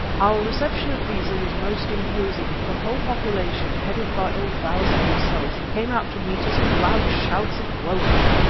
our reception at beza was most imposing, for the whole population, headed by old bausi himself, came out to meet us with loud shouts of welcome,